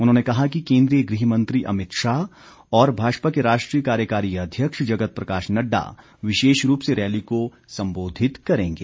उन्होंने कहा कि केंद्रीय गृह मंत्री अमित शाह और भाजपा के राष्ट्रीय कार्यकारी अध्यक्ष जगत प्रकाश नड्डा विशेष रूप से रैली को संबोधित करेंगे